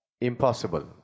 Impossible